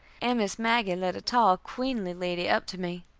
and miss maggie led a tall, queenly lady up to me.